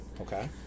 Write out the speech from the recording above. Okay